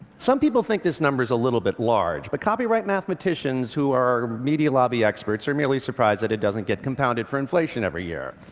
some people think this number's a little bit large, but copyright mathematicians who are media lobby experts are merely surprised that it doesn't get compounded for inflation every year.